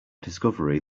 discovery